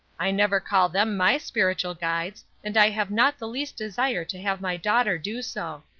i never call them my spiritual guides, and i have not the least desire to have my daughter do so.